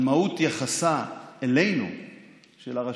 על מהות יחסה של הרשות